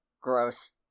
Gross